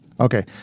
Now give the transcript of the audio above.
Okay